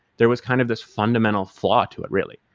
there was kind of this fundamental flaw to it, really,